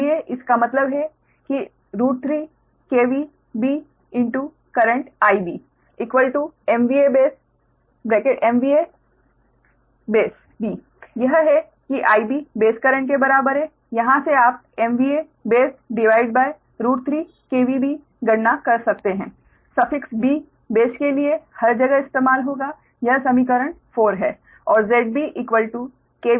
MVA इसका मतलब है कि 3 Bcurrent IB MVA base B यह है कि IB बेस करंट के बराबर है यहां से आप MVABase3B गणना कर सकते हैं सफ़िक्स B बेस के लिए हर जगह इस्तेमाल होता है यह समीकरण 4 है